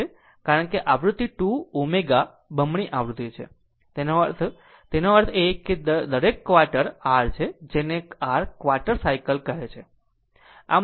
કારણ કે આવૃત્તિ 2 ω બમણી આવૃત્તિ છે તેનો અર્થ એનો અર્થ એ કે આ દરેક ક્વાર્ટર r છે જેને r ક્વાર્ટર સાયકલ કહે છે